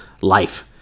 life